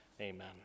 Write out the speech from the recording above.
Amen